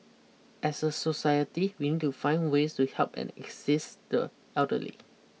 as a society we need to find ways to help and access the elderly